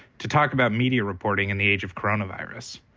to talk about media reporting in the age of coronavirus.